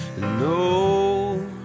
No